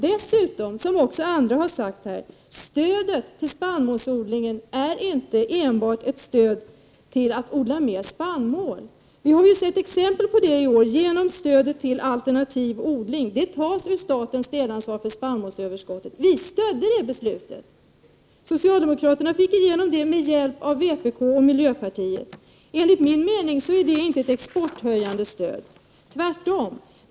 Dessutom är inte stödet till spannmålsodlingen enbart ett stöd för att odla mer spannmål, vilket också andra har sagt här. Vi har sett exempel på det i år genom stödet till alternativ odling. Det tas ur statens delansvar för spannmålsöverskottet. Vi stödde det beslutet! Socialdemokraterna fick igenom det med hjälp av vpk och miljöpartiet. Enligt min mening är det inte exporthöjande, utan tvärtom.